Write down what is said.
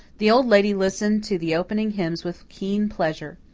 the old lady listened to the opening hymns with keen pleasure.